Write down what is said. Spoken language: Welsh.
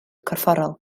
corfforol